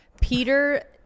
Peter